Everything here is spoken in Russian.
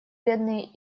бедные